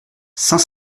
cent